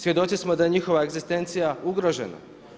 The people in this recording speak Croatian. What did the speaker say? Svjedoci smo da je njihova egzistencija ugrožena.